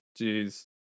Jeez